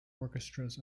orchestras